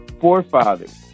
forefathers